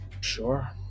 Sure